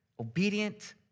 obedient